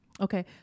Okay